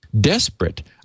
Desperate